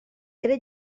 era